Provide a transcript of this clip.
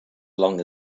long